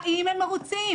האם הם מרוצים,